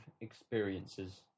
experiences